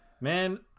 man